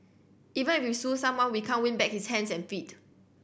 even if we sue someone we can't win back his hands and feet